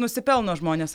nusipelno žmonės